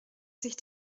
sich